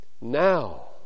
Now